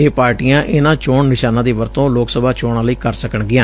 ਇਹ ਪਾਰਟੀਆਂ ਇਨ੍ਹਾਂ ਚੋਣ ਨਿਸ਼ਾਨਾਂ ਦੀ ਵਰਤੋਂ ਲੋਕ ਸਭਾ ਚੋਣਾਂ ਲਈ ਕਰ ਸਕਣਗੀਆਂ